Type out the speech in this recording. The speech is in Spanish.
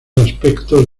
aspectos